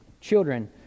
Children